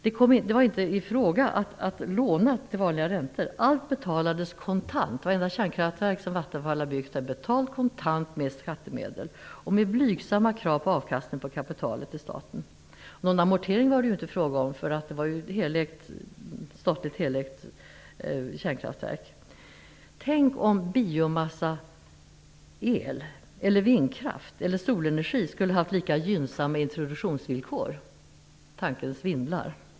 Det kom inte i fråga att låna till vanliga räntor, utan allt betalades kontant. Varenda kärnkraftverk som Vattenfall har byggt är betalt kontant med skattemedel och med blygsamma krav på avkastning på kapitalet till staten. Någon amortering var det inte fråga om, eftersom det var ett statligt helägt kärnkraftverk. Tänk om biomasseel, vindkraft eller solenergi hade haft lika gynnsamma introduktionsvillkor! Tanken svindlar.